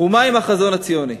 ומה עם החזון הציוני.